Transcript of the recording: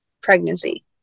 pregnancy